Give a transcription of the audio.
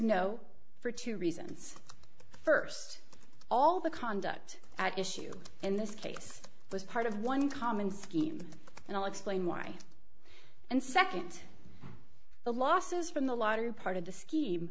no for two reasons first of all the conduct at issue in this case was part of one common scheme and i'll explain why and second the losses from the lottery part of the scheme